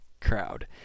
crowd